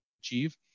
achieve